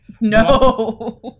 No